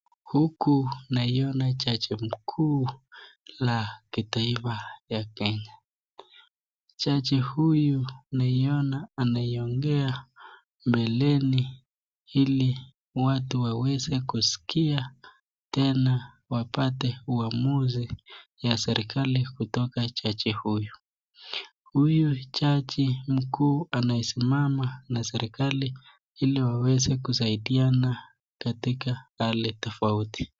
Huku naiona jaji mkuu ya kitaifa ya Kenya. Jaji huyu naiona anaongea mbeleni ili watu waweze kusikia tena wapate uamuzi ya serikali kutoka jaji huyu. Huyu jaji mkuu anayesimama na serikali ili waweze kusaidiana katika hali tofauti.